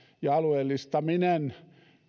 ja alueellistaminen